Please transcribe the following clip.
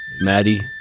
Maddie